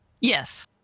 Yes